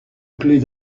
clefs